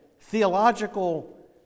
theological